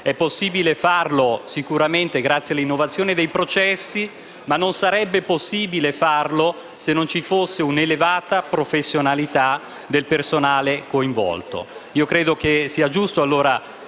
alle sinergie e sicuramente grazie all'innovazione dei processi. Non sarebbe però possibile farlo se non ci fosse un'elevata professionalità del personale coinvolto. Credo che sia giusto, allora,